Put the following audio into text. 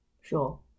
Sure